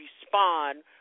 respond